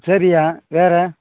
சரிய்யா வேறு